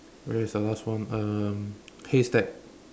where is the last one um haystack